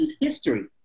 history